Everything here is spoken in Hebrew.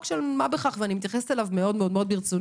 של מה כך ואני מתייחסת אליו מאוד ברצינות.